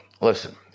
listen